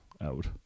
out